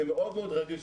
זה מאוד מאוד רגיש,